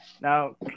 Now